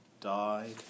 died